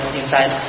inside